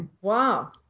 Wow